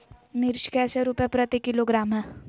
मिर्च कैसे रुपए प्रति किलोग्राम है?